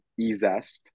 EZest